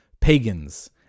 pagans